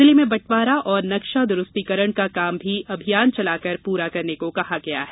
जिले में बंटवारा और नक्शा दुरस्तीकरण का कार्य भी अभियान चलाकर पूरा करने कहा है